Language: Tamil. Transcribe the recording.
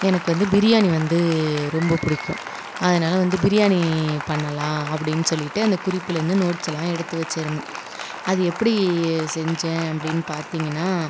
எனக்கு வந்து பிரியாணி வந்து ரொம்பப் பிடிக்கும் அதனால வந்து பிரியாணி பண்ணலாம் அப்படினு சொல்லிவிட்டு குறிப்புலருந்து நோட்ஸெலாம் எடுத்து வச்சுருந்தேன் அது எப்படி செஞ்சேன் அப்படினு பார்த்திங்கன்னா